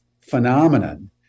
phenomenon